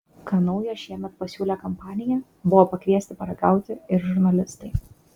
ką naujo šiemet pasiūlė kompanija buvo pakviesti paragauti ir žurnalistai